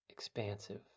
Expansive